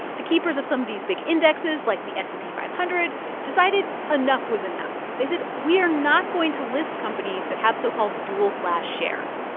the keepers of some of these big indexes like the s and p five hundred decided enough was enough. they said, we are not going to list companies that have so-called dual-class shares,